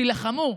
תילחמו.